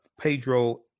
pedro